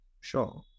Sure